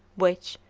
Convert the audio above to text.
which,